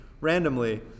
randomly